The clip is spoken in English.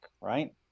right